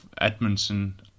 Edmondson